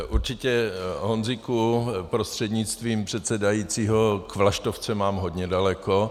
Určitě, Honzíku prostřednictvím předsedajícího, k vlaštovce mám hodně daleko.